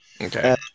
Okay